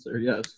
yes